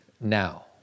Now